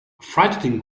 frightening